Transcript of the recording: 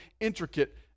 intricate